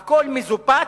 הכול מזופת,